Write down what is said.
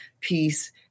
peace